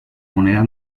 moneda